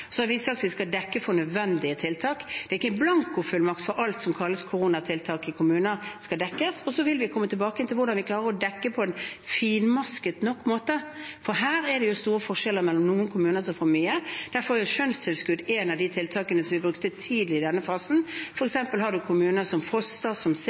har sagt at vi skal dekke nødvendige tiltak, men det er ikke en blankofullmakt til at alt som kalles koronatiltak i kommunene, skal dekkes. Så vil vi komme tilbake til hvordan vi skal klare å dekke på en finmasket nok måte, for det er store forskjeller: Noen kommuner får mye. Derfor var skjønnstilskudd et av de tiltakene vi brukte tidlig i denne fasen. Det var noen kommuner, som